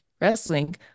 wrestling